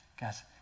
Guys